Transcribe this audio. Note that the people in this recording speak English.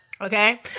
Okay